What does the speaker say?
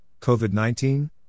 COVID-19